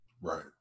Right